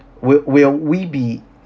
will will we be